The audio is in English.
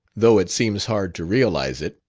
though it seems hard to realize it.